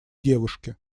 девушки